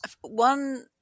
One